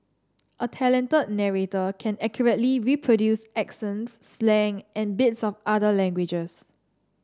a talented narrator can accurately reproduce accents slang and bits of other languages